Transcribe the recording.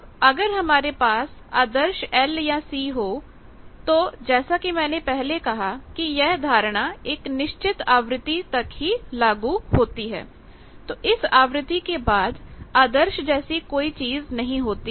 अब अगर हमारे पास आदर्श L या C हो तो जैसा कि मैंने पहले कहा कि यह धारणा एक निश्चित आवृत्ति तक ही लागू होती है तो इस आवृत्ति के बाद आदर्श जैसी कोई चीज नहीं होती